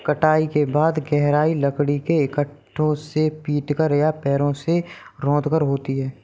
कटाई के बाद गहराई लकड़ी के लट्ठों से पीटकर या पैरों से रौंदकर होती है